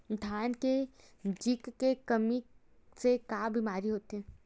धान म जिंक के कमी से का बीमारी होथे?